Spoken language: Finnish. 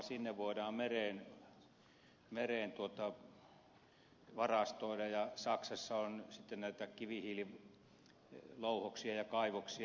siellä voidaan mereen varastoida ja saksassa on sitten näitä kivihiililouhoksia ja kaivoksia